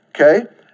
okay